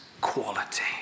quality